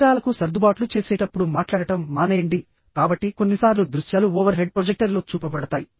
పరికరాలకు సర్దుబాట్లు చేసేటప్పుడు మాట్లాడటం మానేయండి కాబట్టి కొన్నిసార్లు దృశ్యాలు ఓవర్ హెడ్ ప్రొజెక్టర్లో చూపబడతాయి